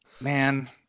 Man